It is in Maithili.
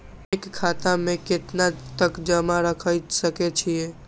एक खाता में केतना तक जमा राईख सके छिए?